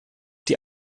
die